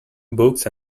books